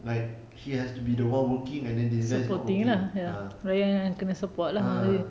like she has to be the one working and then this guy is not working ah ah